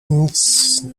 nic